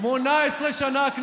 לפני שמונה חודשים,